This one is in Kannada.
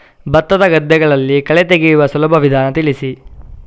ಭತ್ತದ ಗದ್ದೆಗಳಲ್ಲಿ ಕಳೆ ತೆಗೆಯುವ ಸುಲಭ ವಿಧಾನ ತಿಳಿಸಿ?